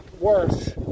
worse